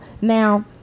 now